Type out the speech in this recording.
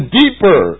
deeper